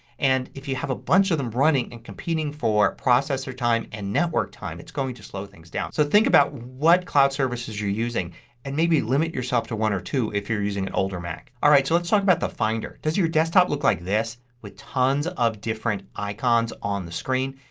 and if you have a bunch of them running and competing for processor time and network time it's going to slow things down. so think about what cloud services you're using and maybe limit yourself to one or two if you're using an older mac. mac. alright, let's talk about the finder. does your desktop look like this with tons of different icons on the screen.